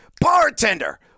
Bartender